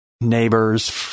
neighbors